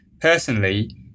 personally